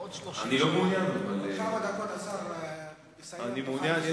בעוד 30 שנה, אבל אני לא מעוניין.